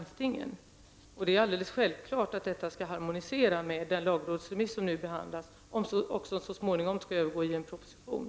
Det är självklart att det skall harmonisera med den lagrådsremiss som nu behandlas och som så småningom skall övergå i proposition.